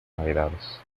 navidades